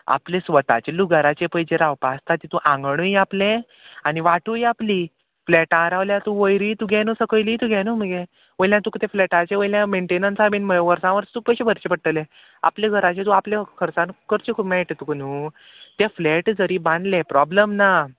आपले स्वताचे लूघाराचेे पयचे रावपा आसता तितू आंगणूय आपले आनी वाटूय आपली फ्लॅटां रावल्यार तूं वयरूय तुगे न्हू सकयली तुगे न्हू मगे वयल्यान तुका तें फ्लॅटाचे वयल्यान मेन्टेनन्सा बीन वर्सां वर्स तूं पयशे भरचें पडटलें आपल्या घराचे तूं आपलें खर्चान करचें मेळटा तुका न्हू तें फ्लॅट जरी बांदलें प्रोब्लम ना